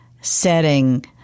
setting